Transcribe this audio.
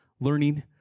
learning